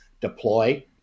deploy